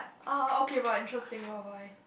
uh okay but interesting bye bye